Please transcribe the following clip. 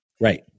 Right